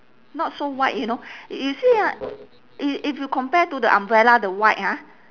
not so white you know you see ah if if you compare to the umbrella the white ah